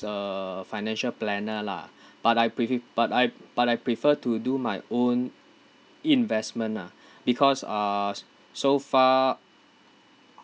the financial planner lah but I pre~ but I but I prefer to do my own investment ah because uh so far